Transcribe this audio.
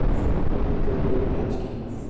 Credit card এর কাজ কি?